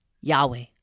Yahweh